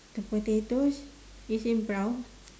the potatoes is in brown